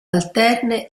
alterne